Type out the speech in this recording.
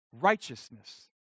righteousness